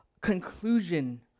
conclusion